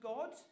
God